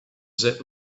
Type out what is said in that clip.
zip